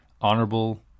honorable